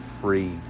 free